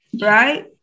right